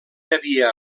havia